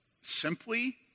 simply